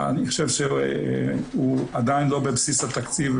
אני חושב שהוא עדיין לא בבסיס התקציב.